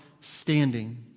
standing